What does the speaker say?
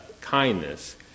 kindness